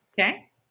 Okay